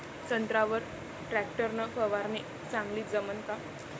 संत्र्यावर वर टॅक्टर न फवारनी चांगली जमन का?